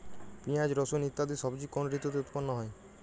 পিঁয়াজ রসুন ইত্যাদি সবজি কোন ঋতুতে উৎপন্ন হয়?